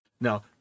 Now